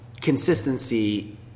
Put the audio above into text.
consistency